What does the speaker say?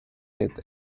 with